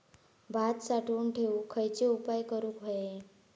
भात साठवून ठेवूक खयचे उपाय करूक व्हये?